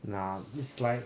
nah this life